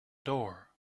door